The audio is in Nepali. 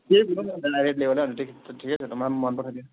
त्यही लिनु नि अन्त रेड लेबेलै अन्त ठिकै छ त मलाई पनि मनपर्छ त्यो